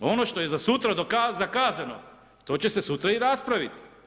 Ono što je za sutra zakazano to će se sutra i raspravi.